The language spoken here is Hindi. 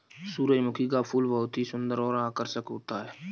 सुरजमुखी का फूल बहुत ही सुन्दर और आकर्षक होता है